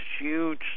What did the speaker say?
huge